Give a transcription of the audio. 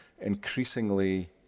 increasingly